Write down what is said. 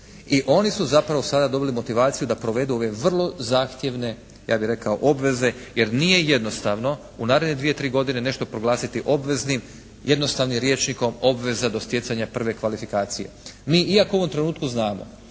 i oni su zapravo sada dobili motivaciju da provedu ove vrlo zahtjevne ja bih rekao obveze jer nije jednostavno u naredne dvije-tri godine nešto proglasiti obveznim jednostavnim rječnikom obveza do stjecanja prve kvalifikacije. Mi iako u ovom trenutku znamo